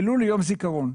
ולו ליום זיכרון.